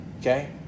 Okay